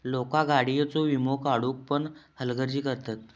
लोका गाडीयेचो वीमो काढुक पण हलगर्जी करतत